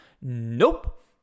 Nope